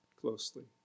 closely